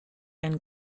and